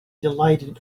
delighted